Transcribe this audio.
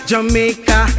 Jamaica